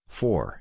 four